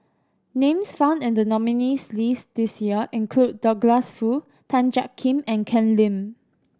names found in the nominees' list this year include Douglas Foo Tan Jiak Kim and Ken Lim